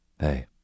Hey